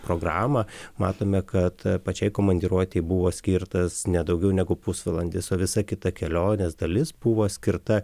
programą matome kad pačiai komandiruotei buvo skirtas ne daugiau negu pusvalandis o visa kita kelionės dalis buvo skirta